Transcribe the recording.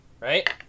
Right